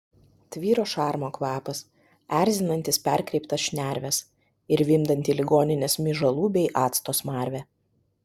tvyro šarmo kvapas erzinantis perkreiptas šnerves ir vimdanti ligoninės myžalų bei acto smarvė